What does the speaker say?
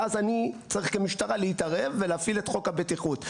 ואז אני צריך כמשטרה להתערב ולהפעיל את חוק הבטיחות.